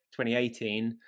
2018